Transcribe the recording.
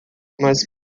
mas